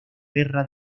guerra